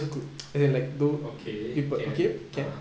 okay can ah